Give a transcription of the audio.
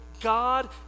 God